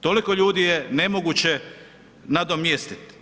Toliko ljudi je nemoguće nadomjestiti.